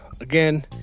Again